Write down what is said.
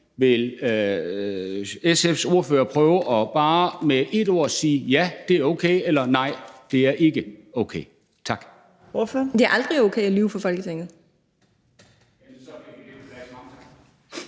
Vil SF's ordfører prøve bare med ét ord at sige ja, det er okay, eller nej, det er ikke okay? Tak.